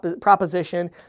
proposition